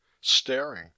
staring